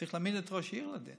צריך להעמיד את ראש העיר לדין